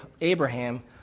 Abraham